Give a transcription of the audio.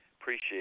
appreciate